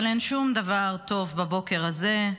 אבל אין שום דבר טוב בבוקר הזה.